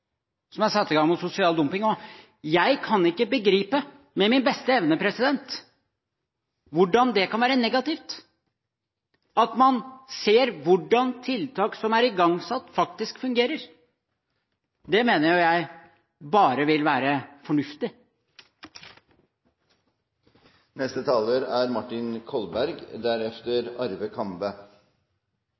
som er satt i gang mot sosial dumping, og jeg kan ikke med min beste evne begripe hvordan det kan være negativt at man ser på hvordan tiltak som er igangsatt, faktisk fungerer. Det mener jeg bare vil være